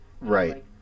Right